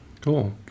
Cool